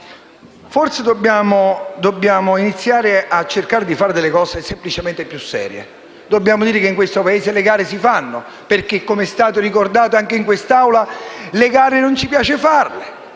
Forse dobbiamo iniziare a fare cose più serie. Dobbiamo dire che in questo Paese le gare si fanno perché, come è stato ricordato anche in questa Assemblea, le gare non ci piace farle.